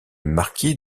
marquis